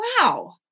wow